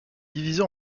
divisée